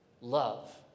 love